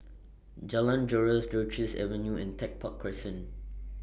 Jalan Joran's Duchess Avenue and Tech Park Crescent